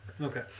Okay